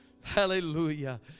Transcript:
Hallelujah